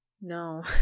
No